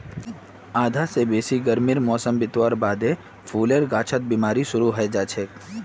आधा स बेसी गर्मीर मौसम बितवार बादे फूलेर गाछत बिमारी शुरू हैं जाछेक